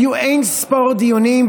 היו אין-ספור דיונים,